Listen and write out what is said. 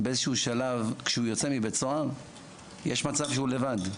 באיזשהו שלב כשהאבא יוצא מבית הסוהר יש מצב שהוא לבד.